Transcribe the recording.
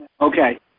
Okay